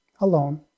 alone